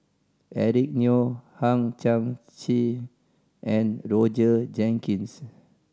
Eric Neo Hang Chang Chieh and Roger Jenkins